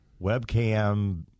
webcam